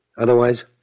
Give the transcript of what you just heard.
Otherwise